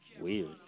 weird